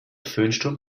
föhnsturm